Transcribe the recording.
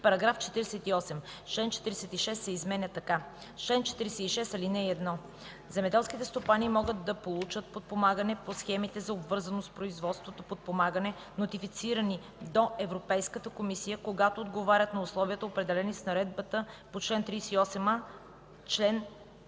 § 48: „§ 48. Член 46 се изменя така: „Чл. 46. (1) Земеделските стопани могат да получат подпомагане по схемите за обвързано с производството подпомагане, нотифицирани до Европейската комисия, когато отговарят на условията, определени с наредбата по чл. 38а, ал.